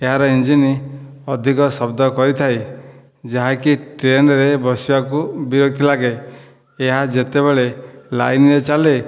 ଏହାର ଇଞ୍ଜିନ୍ ଅଧିକ ଶବ୍ଦ କରିଥାଏ ଯାହାକି ଟ୍ରେନ୍ରେ ବସିବାକୁ ବିରକ୍ତ ଲାଗେ ଏହା ଯେତେବେଳେ ଲାଇନ୍ରେ ଚାଲେ